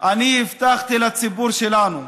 אני הבטחתי לציבור שלנו,